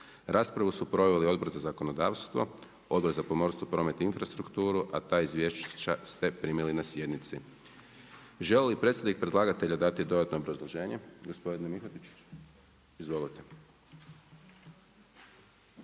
Raspravu su proveli Odbor za zakonodavstvo i Odbor za pomorstvo, promet i infrastrukturu a izvješća ste primili na sjednici. Molio bih sada u ime predlagatelja da dodatno obrazloženje da državni